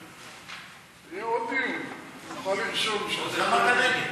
ההצעה להעביר את הנושא לוועדת הכלכלה נתקבלה.